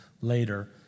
later